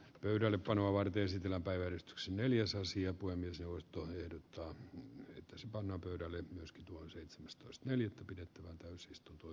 pöydällepanoa varten sillä päivän x neljä sasia kuin myös jaosto ehdottaa että se on pyydellyt myös tuo seitsemästoista neljättä pidettävään täysistunto